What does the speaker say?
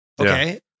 okay